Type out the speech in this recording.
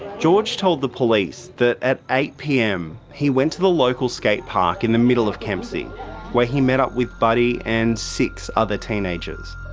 george told the police that at eight pm, he went to the local skate park in the middle of kempsey where he met up with buddy and six other teenagers.